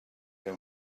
era